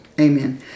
Amen